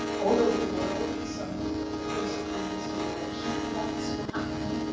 all over the world some of the first women's liberation events were happening,